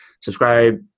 subscribe